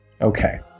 Okay